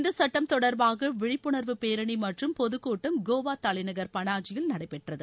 இந்த சட்டம் தொடர்பாக விழிப்புணர்வு பேரணி மற்றும் பொதுக்கூட்டம் கோவா தலைநகர் பனாஜியில் நடைபெற்றது